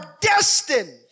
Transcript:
destined